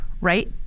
right